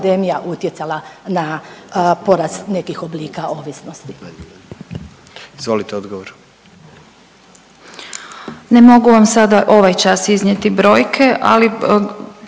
Ne mogu vam sada ovaj čas iznijeti brojke, ali